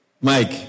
Mike